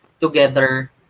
Together